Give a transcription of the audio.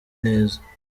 neza